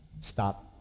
stop